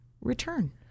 return